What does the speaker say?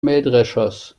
mähdreschers